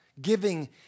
Giving